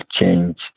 change